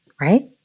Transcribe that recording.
right